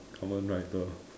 common rider